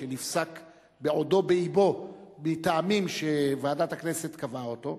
שנפסק בעודו באבו מטעמים שוועדת הכנסת קבעה אותם,